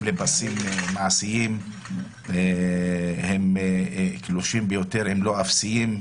לפסים מעשיים הם קלושים ביותר בזמנה של הקואליציה הנוכחית.